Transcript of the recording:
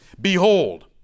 Behold